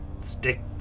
stick